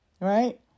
right